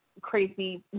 crazy